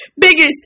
biggest